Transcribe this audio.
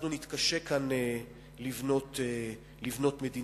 אנחנו נתקשה כאן לבנות מדינה,